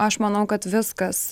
aš manau kad viskas